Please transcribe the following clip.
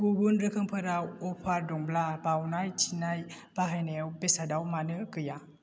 गुबुन रोखोमफोराव अफार दङब्ला बावनाय थिनायाव बाहायनाव बेसादआव मानो गैया